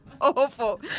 Awful